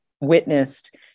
witnessed